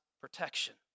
protection